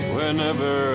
Whenever